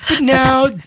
Now